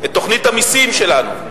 את תוכנית המסים שלנו,